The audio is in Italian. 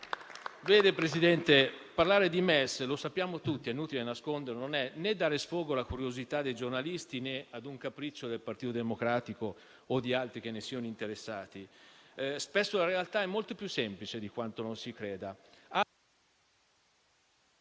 Signor Presidente, parlare di MES - lo sappiamo tutti ed è inutile nasconderlo - non è dare sfogo né alla curiosità dei giornalisti né ad un capriccio del Partito Democratico o di altri che ne siano interessati. Spesso la realtà è molto più semplice di quanto non si creda.